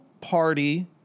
party